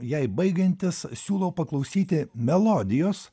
jai baigiantis siūlau paklausyti melodijos